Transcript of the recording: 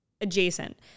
adjacent